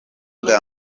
bwa